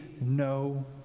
no